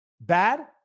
bad